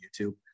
YouTube